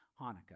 Hanukkah